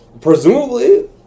presumably